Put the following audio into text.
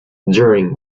during